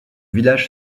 village